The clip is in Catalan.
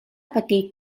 patit